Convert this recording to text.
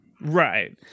right